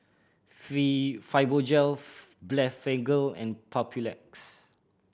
Fibogel Blephagel and Papulex